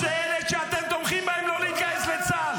לסרבנות אין מקום בצבא.